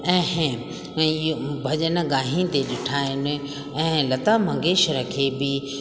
ऐं ऐं इहे भॼन ॻाईंदे ॾिठा आहिनि ऐं लता मंगेश्वर खे बि